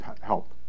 help